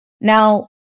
Now